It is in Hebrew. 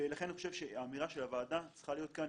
ולכן אני חושב שהאמירה של הוועדה צריכה להיות כאן